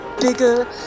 bigger